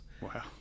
Wow